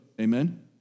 amen